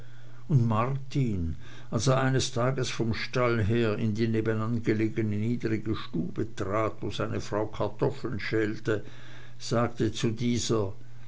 und martin als er eines tages vom stall her in die nebenan gelegene niedrige stube trat wo seine frau kartoffeln schälte sagte zu dieser